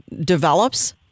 develops